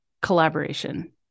collaboration